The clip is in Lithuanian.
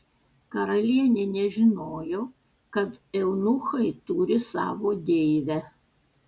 karalienė nežinojo kad eunuchai turi savo deivę